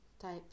type